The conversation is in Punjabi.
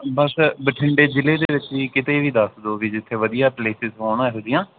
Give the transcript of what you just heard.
ਬਸ ਬਠਿੰਡੇ ਜਿਲ੍ਹੇ ਦੇ ਵਿੱਚ ਹੀ ਕਿਤੇ ਵੀ ਦੱਸ ਦਿਓ ਵੀ ਜਿੱਥੇ ਵਧੀਆ ਪਲੇਸਿਸ ਹੋਣ ਇਹੋ ਜਿਹੀਆਂ